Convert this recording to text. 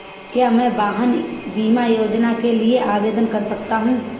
क्या मैं वाहन बीमा योजना के लिए आवेदन कर सकता हूँ?